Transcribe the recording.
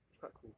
it's quite cool